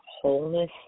wholeness